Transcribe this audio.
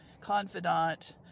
confidant